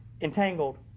entangled